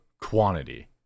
quantity